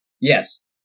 Yes